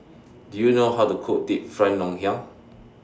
Do YOU know How to Cook Deep Fried Ngoh Hiang